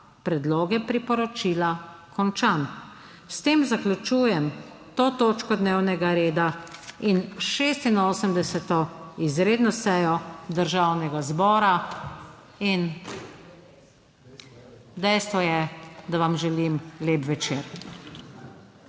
predloge priporočila končan. S tem zaključujem to točko dnevnega reda in 86. izredno sejo Državnega zbora. In dejstvo je, da vam želim lep večer.